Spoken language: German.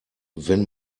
wenn